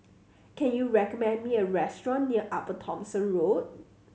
can you recommend me a restaurant near Upper Thomson Road